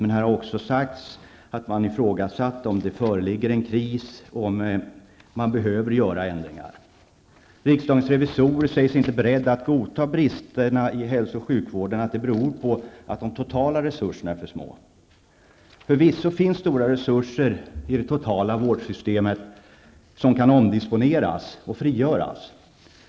Men här har också sagts att man ifrågasätter om det föreligger en kris och om man behöver göra ändringar. Riksdagens revisorer säger sig inte vara beredda att godta att bristerna i hälso och sjukvården beror på att de totala resurserna är för små. Förvisso finns stora resurser i det totala vårdsystemet, som kan omdisponeras och frigöras.